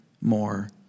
more